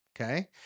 Okay